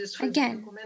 again